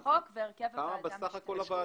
כמה סך הכל בוועדה?